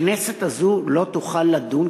הכנסת הזו לא תוכל לדון,